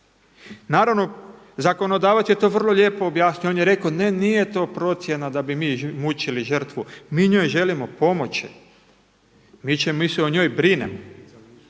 Naravno zakonodavac je to vrlo lijepo objasnio. On je rekao ne, nije to procjena da bi mi mučili žrtvu, mi njoj želimo pomoći, mi se o njoj brinemo.